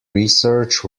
research